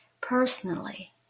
personally